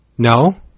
No